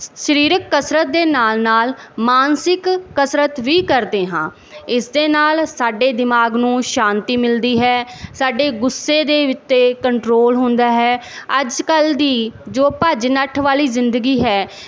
ਸਰੀਰਕ ਕਸਰਤ ਦੇ ਨਾਲ ਨਾਲ ਮਾਨਸਿਕ ਕਸਰਤ ਵੀ ਕਰਦੇ ਹਾਂ ਇਸ ਦੇ ਨਾਲ ਸਾਡੇ ਦਿਮਾਗ ਨੂੰ ਸ਼ਾਂਤੀ ਮਿਲਦੀ ਹੈ ਸਾਡੇ ਗੁੱਸੇ ਦੇ ਵੀ ਉੱਤੇ ਕੰਟਰੋਲ ਹੁੰਦਾ ਹੈ ਅੱਜ ਕੱਲ੍ਹ ਦੀ ਜੋ ਭੱਜ ਨੱਠ ਵਾਲੀ ਜ਼ਿੰਦਗੀ ਹੈ